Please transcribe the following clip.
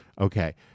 Okay